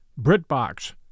BritBox